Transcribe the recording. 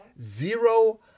Zero